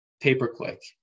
pay-per-click